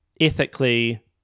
ethically